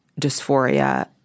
dysphoria